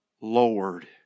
Lord